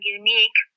unique